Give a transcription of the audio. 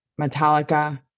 Metallica